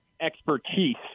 expertise